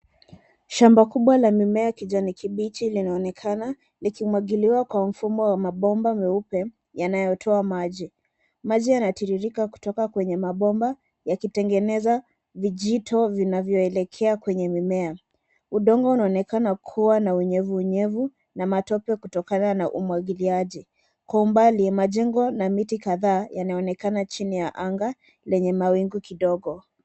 Shamba kubwa la mimea kijani kibichi linaonekana likimwagiliwa kwa mfumo wa mabomba meupe yanayotoa maji. Maji yanatiririka kutoka kwenye mabomba yakitengeneza vijito vinavyoelekea kwenye mimea. Udongo unaonekana kuwa na unyevuunyevu na matope kutokana na umwagiliaji. Kwa umbali, majengo na miti kadhaa yanaonekana chini ya anga lenye mawingu kidogo.